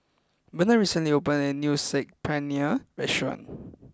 Benard recently opened a new Saag Paneer restaurant